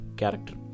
character